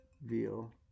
veal